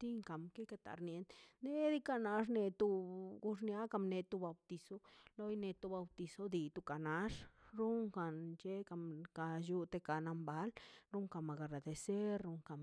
tinkan ka tinkan karnien xnaꞌ diikaꞌ nax xuntun goxniakan metu bautizo loi ne bautizo ax runkan chekan ka llute kanan bal runkan agradecer runkan.